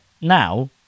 now